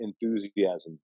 enthusiasm